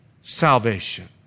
salvation